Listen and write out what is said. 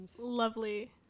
lovely